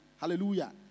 Hallelujah